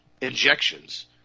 injections –